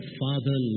father